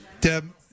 Deb